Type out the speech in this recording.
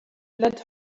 let